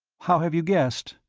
how have you guessed?